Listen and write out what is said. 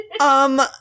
Um-